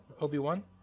Obi-Wan